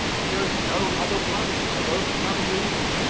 and there is no other way of overcoming evil.